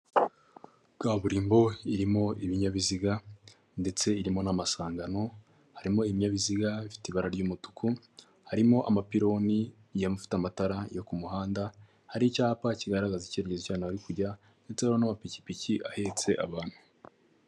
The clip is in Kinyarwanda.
Kaburimbo irimo ibinyabiziga ndetse irimo n'amasangano harimo ibinyabiziga bifite ibara ry'umutuku harimo amapironi yafite amatara yo ku muhanda hari icyapa kigaragaza icyemezo cyane ari kujya ndetse n'amapikipiki ahetse abantu.